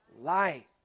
light